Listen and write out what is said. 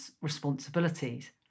responsibilities